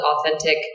authentic